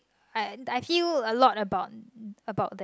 I I feel a lot about about that